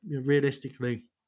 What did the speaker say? Realistically